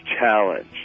challenge